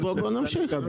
בואו נמשיך.